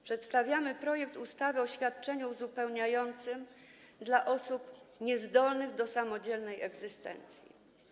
Przedstawiamy projekt ustawy o świadczeniu uzupełniającym dla osób niezdolnych do samodzielnej egzystencji.